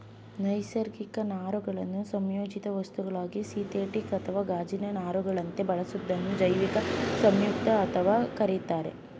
ನೈಸರ್ಗಿಕ ನಾರುಗಳನ್ನು ಸಂಯೋಜಿತ ವಸ್ತುಗಳಲ್ಲಿ ಸಿಂಥೆಟಿಕ್ ಅಥವಾ ಗಾಜಿನ ನಾರುಗಳಂತೆ ಬಳಸೋದನ್ನ ಜೈವಿಕ ಸಂಯುಕ್ತ ಅಂತ ಕರೀತಾರೆ